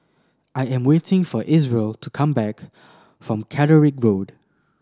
I am waiting for Isreal to come back from Catterick Road